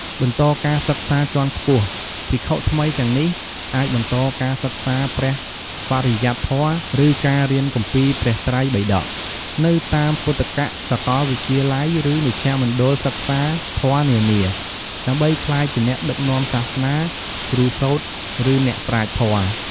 បន្តការសិក្សាជាន់ខ្ពស់ ភិក្ខុថ្មីទាំងនេះអាចបន្តការសិក្សាព្រះបរិយត្តិធម៌ ឬ ការរៀនគម្ពីរព្រះត្រៃបិដក នៅតាមពុទ្ធិកសាកលវិទ្យាល័យ ឬមជ្ឈមណ្ឌលសិក្សាធម៌នានា ដើម្បីក្លាយជាអ្នកដឹកនាំសាសនា គ្រូសូត្រ ឬអ្នកប្រាជ្ញធម៌។